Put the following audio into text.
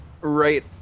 right